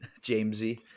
Jamesy